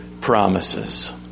promises